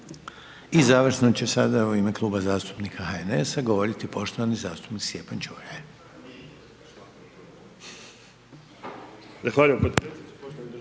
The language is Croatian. I završno će sada u ime Kluba zastupnika HNS-a govoriti poštovani zastupnik Stjepan Čuraj.